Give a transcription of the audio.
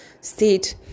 state